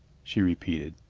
she repeated.